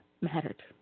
mattered